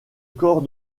corps